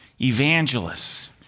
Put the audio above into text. evangelists